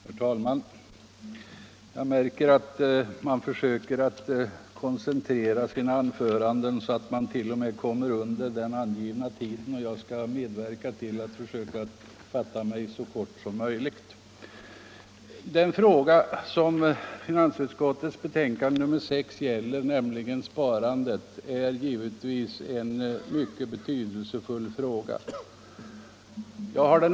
Herr talman! Jag märker att talarna här försöker koncentrera sina anföranden så att man t.o.m. kommer under den angivna tiden, och jag skall också fatta mig så kort som möjligt. Den fråga som behandlas i finansutskottets betänkande nr 6, alltså sparandet, är givetvis mycket betydelsefull.